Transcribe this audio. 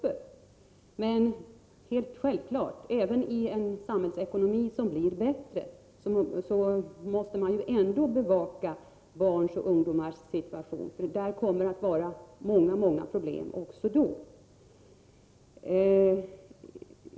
Men det är helt självklart att även i en samhällsekonomi som blir bättre måste man bevaka barns och ungdomars situation. Det kommer också då att finnas många problem.